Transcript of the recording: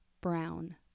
Brown